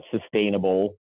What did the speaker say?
sustainable